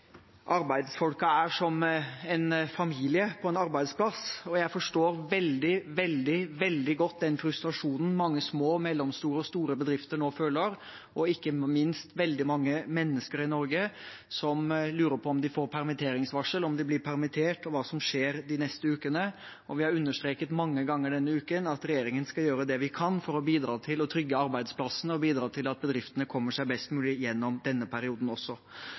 er. De er som en familie på en arbeidsplass, og jeg forstår veldig, veldig godt den frustrasjonen mange små, mellomstore og store bedrifter nå føler, og ikke minst veldig mange mennesker i Norge som lurer på om de får permitteringsvarsel, om de blir permittert, og hva som skjer de neste ukene. Vi har understreket mange ganger denne uken at regjeringen skal gjøre det vi kan for å bidra til å trygge arbeidsplassene og til at bedriftene kommer seg best mulig gjennom denne perioden også.